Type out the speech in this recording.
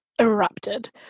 erupted